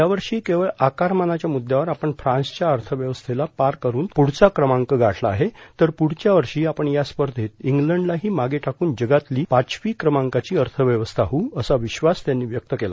यावर्षी केवळ आकारमानाच्या मुद्यावर आपण फ्रान्सच्या अर्थव्यवस्थेला पार करुन पुढचा क्रमांक गाठला आहे तर पुढच्या वर्षी आपण या स्पर्धेत इंग्लंडलाही मागे टाकून जगातली पाचव्या क्रमांकाची अर्थव्यवस्था होऊ असा विश्वास यांनी व्यक्त केला